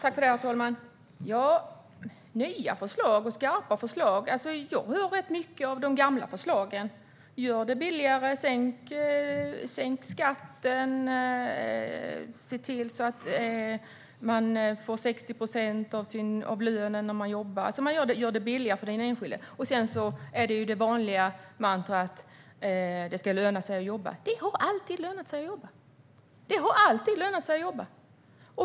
Herr talman! "Nya och skarpa förslag" - jag hör rätt mycket av de gamla förslagen, nämligen: Gör det billigare, sänk skatten, se till att man får 60 procent av lönen när man jobbar. Det ska alltså göras billigare för den enskilde. Sedan har vi det vanliga mantrat att det ska löna sig att jobba. Det har alltid lönat sig att jobba!